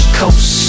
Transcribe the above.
coast